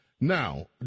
Now